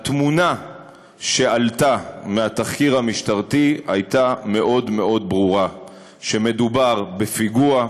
התמונה שעלתה מהתחקיר המשטרתי הייתה מאוד מאוד ברורה: מדובר בפיגוע,